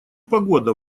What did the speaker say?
погода